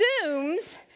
assumes